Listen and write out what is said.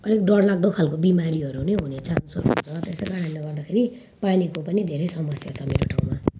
अलिक डरलाग्दो खालको बिमारीहरू नै हुने चान्सहरू छ त्यसै कारणले गर्दाखेरि पानीको पनि धेरै समस्या छ मेरो ठाउँमा